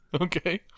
Okay